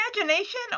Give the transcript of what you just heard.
imagination